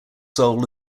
soul